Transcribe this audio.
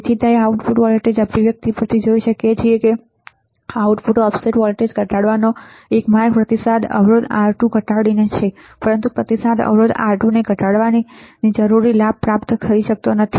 તેથી તે output voltage અભિવ્યક્તિ પરથી જોઈ શકાય છે કે આઉટપુટ ઓફસેટ વોલ્ટેજ ઘટાડવાનો એક માર્ગ પ્રતિસાદ અવરોધ R2 ને ઘટાડીને છે પરંતુ પ્રતિસાદ અવરોધ R2 ને ઘટાડીને જરૂરી લાભ પ્રાપ્ત કરી શકાતો નથી